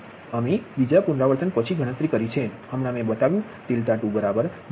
અમે બીજા પુનરાવર્તન પછી ગણતરી કરી છે હમણાં મેં બતાવ્યું 𝛿2 3